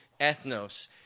ethnos